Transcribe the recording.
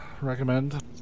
Recommend